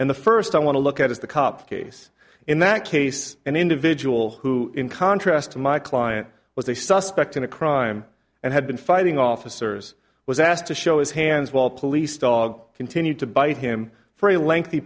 and the first i want to look at is the cop case in that case an individual who in contrast to my client was a suspect in a crime and had been fighting officers was asked to show his hands while police dog continued to bite him for a lengthy